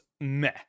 meh